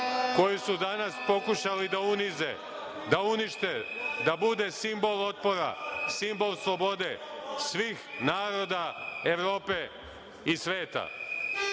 koju su danas pokušali da unize, da unište, da bude simbol otpora, simbol slobode svih naroda Evrope i sveta. Kaže